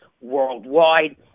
worldwide